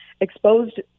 exposed